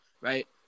Right